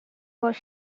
was